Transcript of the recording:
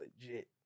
legit